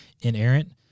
inerrant